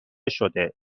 شده